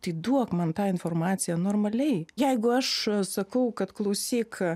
tai duok man tą informaciją normaliai jeigu aš sakau kad klausyk